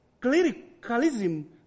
clericalism